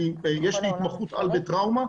יש לי התמחות על בטראומה,